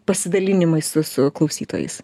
pasidalinimai su su klausytojais